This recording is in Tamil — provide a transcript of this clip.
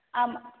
ஆமாம்